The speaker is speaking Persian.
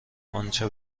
آنچه